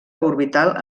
orbital